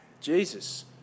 Jesus